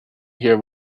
hear